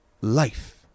life